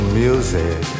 music